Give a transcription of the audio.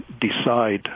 decide